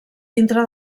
dintre